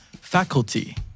Faculty